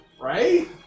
Right